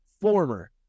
former